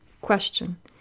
Question